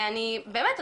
ובאמת,